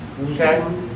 okay